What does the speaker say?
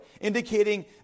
indicating